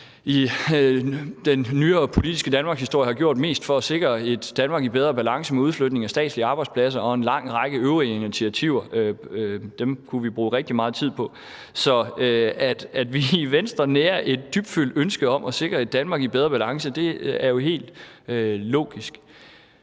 den nyere politiske danmarkshistorie har gjort mest for at sikre et Danmark i bedre balance – udflytning af statslige arbejdspladser og en lang række øvrige initiativer. Dem kunne vi bruge rigtig meget tid på. Så at vi i Venstre nærer et dybtfølt ønske om at sikre et Danmark i bedre balance, er jo helt logisk.